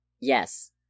Yes